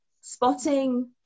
spotting